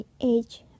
age